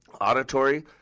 auditory